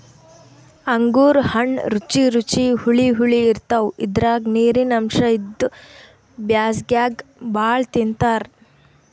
ಅಂಗೂರ್ ಹಣ್ಣ್ ರುಚಿ ರುಚಿ ಹುಳಿ ಹುಳಿ ಇರ್ತವ್ ಇದ್ರಾಗ್ ನೀರಿನ್ ಅಂಶ್ ಇದ್ದು ಬ್ಯಾಸ್ಗ್ಯಾಗ್ ಭಾಳ್ ತಿಂತಾರ್